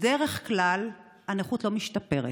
בדרך כלל הנכות לא משתפרת,